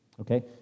Okay